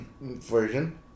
version